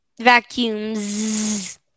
Vacuums